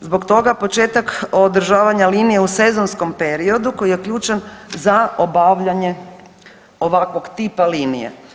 zbog toga početak održavanja linije u sezonskom periodu koji je ključan za obavljanje ovakvog tipa linije.